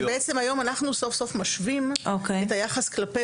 היום אנחנו סוף-סוף משווים את היחס כלפי